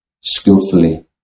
skillfully